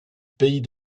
pays